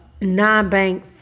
non-bank